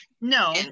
no